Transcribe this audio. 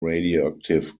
radioactive